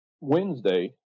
Wednesday